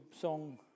song